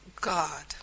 God